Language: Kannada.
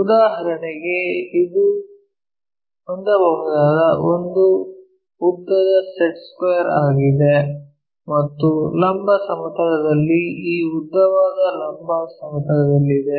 ಉದಾಹರಣೆಗೆ ಇದು ಹೊಂದಬಹುದಾದ ಒಂದು ಉದ್ದದ ಸೆಟ್ ಸ್ಕ್ವೇರ್ ಆಗಿದೆ ಮತ್ತು ಲಂಬ ಸಮತಲದಲ್ಲಿರುವ ಈ ಉದ್ದವಾದ ಲಂಬ ಸಮತಲದಲ್ಲಿದೆ